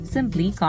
Simply